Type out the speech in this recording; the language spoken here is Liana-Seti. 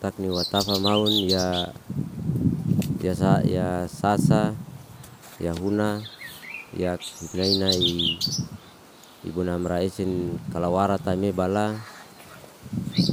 Tak ni watafa maun ya sasa, ya huna, yakifnai nai ibu na amra esen kalawara tame bala